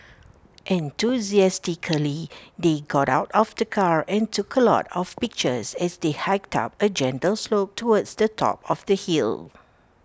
enthusiastically they got out of the car and took A lot of pictures as they hiked up A gentle slope towards the top of the hill